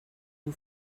you